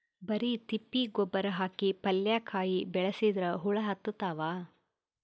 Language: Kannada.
ಬರಿ ತಿಪ್ಪಿ ಗೊಬ್ಬರ ಹಾಕಿ ಪಲ್ಯಾಕಾಯಿ ಬೆಳಸಿದ್ರ ಹುಳ ಹತ್ತತಾವ?